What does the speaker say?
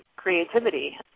creativity